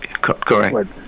Correct